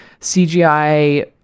CGI